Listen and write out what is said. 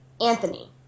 Anthony